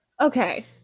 Okay